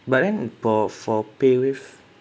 but then for for pay wave